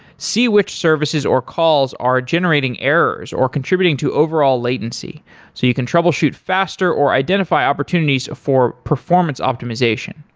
see which services or calls are generating errors or contributing to overall latency so you can troubleshoot faster or identify opportunities for performance optimization.